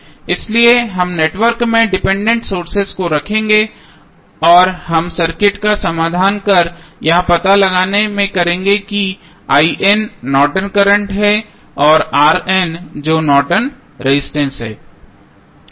इसलिए हम नेटवर्क में डिपेंडेंट सोर्सेज को रखेंगे और हम सर्किट का समाधान कर यह पता लगाने में करेंगे कि नॉर्टन करंट Nortons current है और जो नॉर्टन रेजिस्टेंस Nortons resistance है